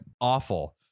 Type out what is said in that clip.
awful